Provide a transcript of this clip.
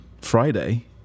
Friday